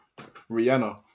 Rihanna